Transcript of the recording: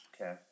Okay